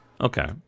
okay